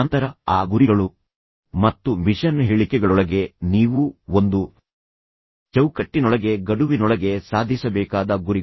ನಂತರ ಆ ಗುರಿಗಳು ಮತ್ತು ಮಿಷನ್ ಹೇಳಿಕೆಗಳೊಳಗೆ ನೀವು ಒಂದು ಚೌಕಟ್ಟಿನೊಳಗೆ ಗಡುವಿನೊಳಗೆ ಸಾಧಿಸಬೇಕಾದ ಗುರಿಗಳು